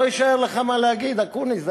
לא יישאר לך מה להגיד, אקוניס.